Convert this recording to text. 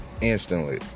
instantly